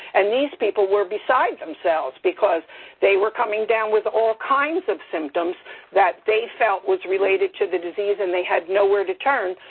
and these people were beside themselves because they were coming down with all kinds of symptoms that they felt was related to the disease and they had nowhere to turn,